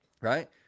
right